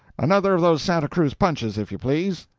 another of those santa cruz punches, if you please.